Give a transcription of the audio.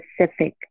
specific